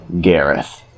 Gareth